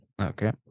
Okay